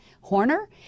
horner